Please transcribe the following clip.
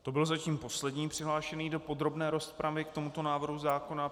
To byl zatím poslední přihlášený do podrobné rozpravy k tomuto návrhu zákona.